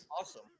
awesome